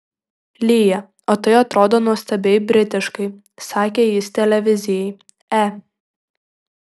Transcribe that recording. lyja o tai atrodo nuostabiai britiškai sakė jis televizijai e